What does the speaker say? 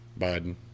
Biden